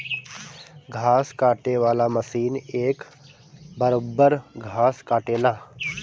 घास काटे वाला मशीन एक बरोब्बर घास काटेला